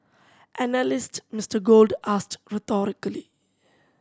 analyst Mister Gold asked rhetorically